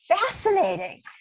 fascinating